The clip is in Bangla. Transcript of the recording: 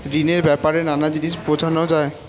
ঋণের ব্যাপারে নানা জিনিস বোঝানো যায়